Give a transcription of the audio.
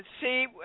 see